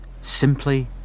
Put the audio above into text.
Simply